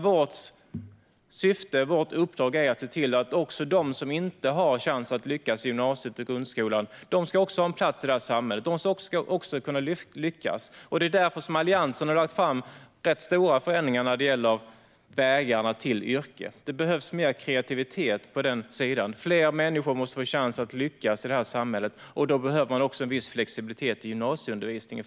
Vårt syfte, vårt uppdrag, är att se till att också de som inte har chansen att lyckas i grundskolan och gymnasiet ska ha en plats i samhället. De ska också kunna lyckas. Det är därför Alliansen har lagt fram rätt stora förändringar när det gäller vägarna till ett yrke. Det behövs mer kreativitet på den sidan. Fler människor måste få chansen att lyckas i det här samhället, och då behövs det viss flexibilitet i gymnasieundervisningen.